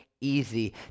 easy